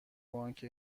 بانک